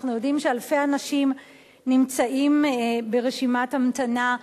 אנחנו יודעים שאלפי אנשים נמצאים ברשימת המתנה,